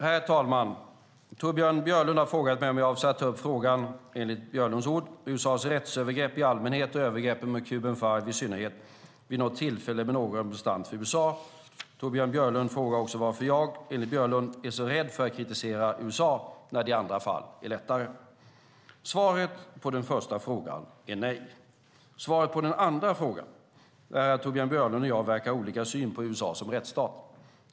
Herr talman! Torbjörn Björlund har frågat mig om jag avser att ta upp frågan om, enligt Björlunds ord, USA:s rättsövergrepp i allmänhet och övergreppen mot "the Cuban Five" i synnerhet vid något tillfälle med någon representant för USA. Torbjörn Björlund frågar också varför jag, enligt Björlund, är så rädd för att kritisera USA när det i andra fall är lättare. Svaret på den första frågan är nej. Svaret på den andra frågan är att Torbjörn Björlund och jag verkar ha olika syn på USA som rättsstat.